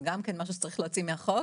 זה גם משהו שצריך להוציא מהחוק